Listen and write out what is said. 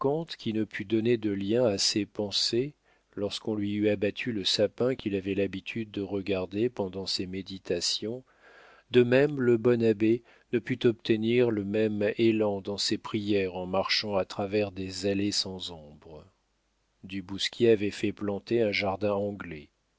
qui ne put donner de lien à ses pensées lorsqu'on lui eut abattu le sapin qu'il avait l'habitude de regarder pendant ses méditations de même le bon abbé ne put obtenir le même élan dans ses prières en marchant à travers des allées sans ombre du bousquier avait fait planter un jardin anglais